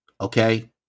Okay